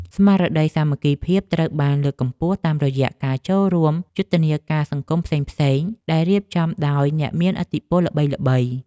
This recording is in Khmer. ស្មារតីសាមគ្គីភាពត្រូវបានលើកកម្ពស់តាមរយៈការចូលរួមយុទ្ធនាការសង្គមផ្សេងៗដែលរៀបចំដោយអ្នកមានឥទ្ធិពលល្បីៗ។